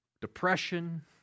depression